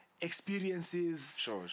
experiences